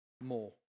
more